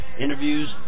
Interviews